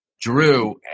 Drew